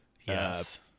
Yes